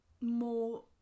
more